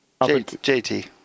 JT